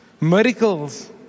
Miracles